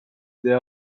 their